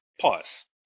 Pause